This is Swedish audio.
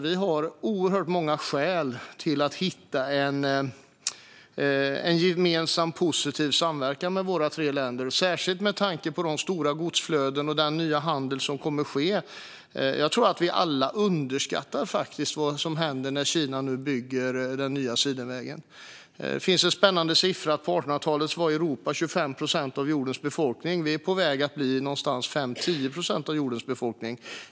Vi har oerhört många skäl att hitta en gemensam positiv samverkan mellan våra tre länder, särskilt med tanke på de stora godsflöden och den nya handel som kommer att ske. Jag tror att vi alla underskattar vad som händer när Kina nu bygger den nya sidenvägen. Det finns en spännande siffra: På 1800-talet var Europa 25 procent av jordens befolkning. Vi är nu på väg att bli 5-10 procent av jordens befolkning.